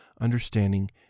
understanding